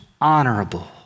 honorable